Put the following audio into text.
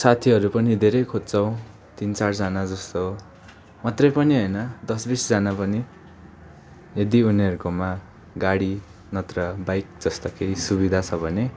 साथीहरू पनि धेरै खोज्छौँ तिन चारजाना जस्तो मात्रै पनि होइन दस बिसजना पनि यदि उनीहरूकोमा गाडी नत्र बाइक जस्ता केही सुविधा छ भने